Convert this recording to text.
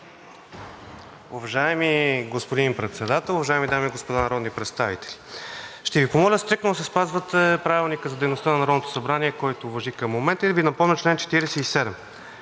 Уважаеми господин Председател, уважаеми дами и господа народни представители! Ще Ви помоля стриктно да спазвате Правилника за дейността на Народното събрание, който важи към момента, и да Ви напомня чл. 47,